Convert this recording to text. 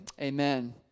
amen